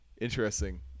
interesting